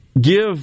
give